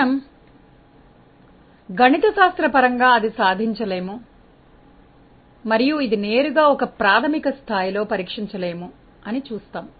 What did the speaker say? మనము గణితశాస్త్రపరంగా అది సాధించలేము మరియు ఇది నేరుగా ఒక ప్రాథమిక స్థాయిలో పరిక్షించలేము అనిచూస్తాము